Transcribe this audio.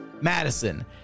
Madison